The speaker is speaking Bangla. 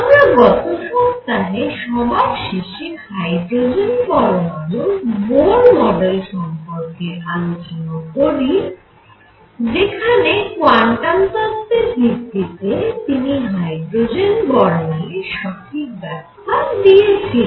আমরা গত সপ্তাহে সবার শেষে হাইড্রোজেন পরমাণুর বোর মডেল সম্পর্কে আলোচনা করি যেখানে কোয়ান্টাম তত্ত্বের ভিত্তি তে তিনি হাইড্রোজেনের বর্ণালীর সঠিক ব্যাখ্যা দিয়েছিলেন